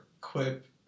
clip